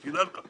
שתדע לך,